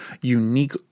unique